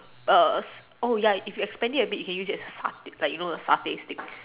err oh ya if you expand it a bit you can use it as stay you know the satay stick